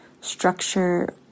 structure